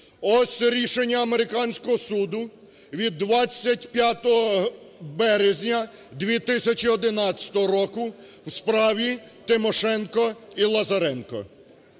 Ось рішення американського суду від 23 березня 2017 року в справі Тимошенко і Лазаренко.